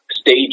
stage